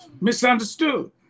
Misunderstood